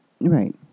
Right